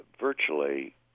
virtually